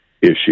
issue